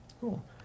Cool